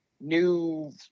new